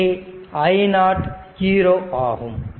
இங்கே i 0 ஆகும்